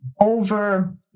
over